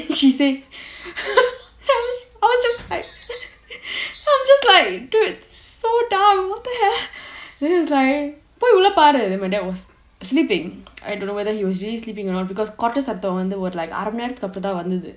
I was just like dude so dumb then she was like உள்ள பாரு:ulla paaru then my dad was sleeping I don't know whether he was really sleeping or not because குறட்டை சத்தம் அரை மணி நேரத்துக்கு அப்புறம் தான் வந்துது:kurattai satham arai mani nerathukku appuram thaan vanthathu